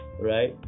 right